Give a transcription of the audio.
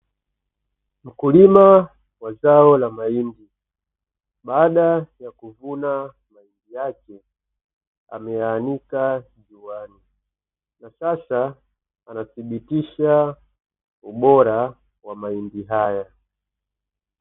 Mkulima wa zao la mahindi, baada ya kuvuna mahindi yake ameyaanika juani, na sasa anathibitisha ubora wa mahindi haya.